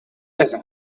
بزن